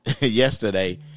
yesterday